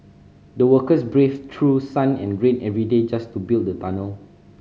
the workers braved through sun and rain every day just to build the tunnel